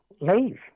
leave